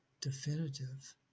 definitive